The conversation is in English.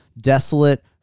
desolate